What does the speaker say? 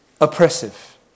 oppressive